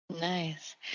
Nice